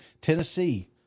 tennessee